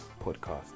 podcast